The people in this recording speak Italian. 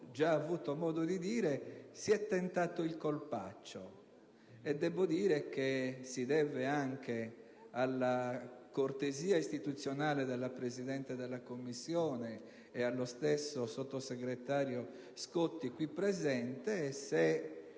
già avuto modo di dire, si è tentato il colpaccio. E devo dire che si deve anche alla cortesia istituzionale della Presidente della Commissione e allo stesso sottosegretario Scotti qui presente se